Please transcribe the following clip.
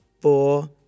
four